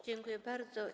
Dziękuję bardzo.